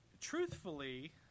truthfully